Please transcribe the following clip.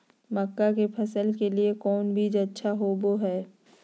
मक्का के फसल के लिए कौन बीज अच्छा होबो हाय?